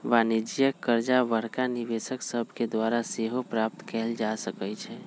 वाणिज्यिक करजा बड़का निवेशक सभके द्वारा सेहो प्राप्त कयल जा सकै छइ